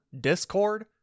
Discord